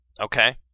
Okay